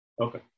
Okay